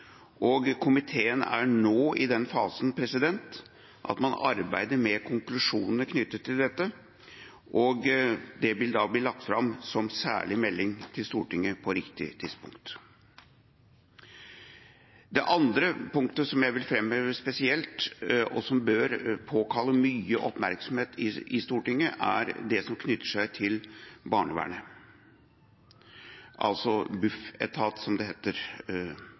og komiteen er nå i den fasen at man arbeider med konklusjonene knyttet til dette. Det vil da bli lagt fram som særlig melding til Stortinget på riktig tidspunkt. Det andre punktet som jeg vil framheve spesielt, og som bør påkalle mye oppmerksomhet i Stortinget, er det som knytter seg til barnevernet, altså Bufetat, som det heter